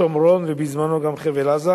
שומרון, ובזמנו גם בחבל-עזה,